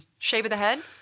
shape of the head?